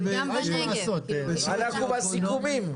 אנחנו בסיכומים.